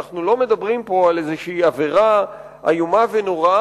אנחנו לא מדברים פה על איזו עבירה איומה ונוראה,